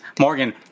Morgan